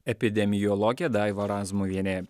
epidemiologė daiva razmuvienė